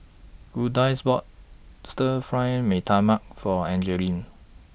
Lourdes bought Stir Fry Mee Tai Mak For Angelique